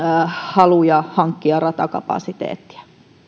haluja hankkia ratakapasiteettia